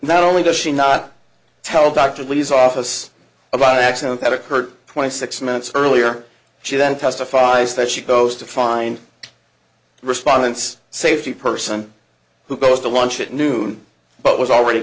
not only does she not tell dr lee's office about an accident that occurred twenty six minutes earlier she then testifies that she goes to find respondents safety person who goes to lunch at noon but was already